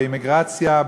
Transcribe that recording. אימיגרציה,